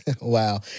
Wow